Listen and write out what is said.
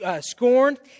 scorned